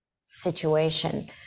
situation